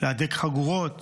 להדק חגורות